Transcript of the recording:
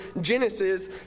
Genesis